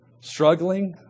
struggling